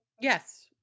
Yes